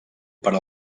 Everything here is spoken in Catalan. per